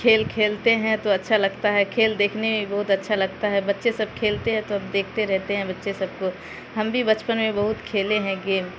کھیل کھیلتے ہیں تو اچھا لگتا ہے کھیل دیکھنے میں بی بہت اچھا لگتا ہے بچے سب کھیلتے ہیں تو اب دیکھتے رہتے ہیں بچے سب کو ہم بھی بچپن میں بہت کھیلے ہیں گیم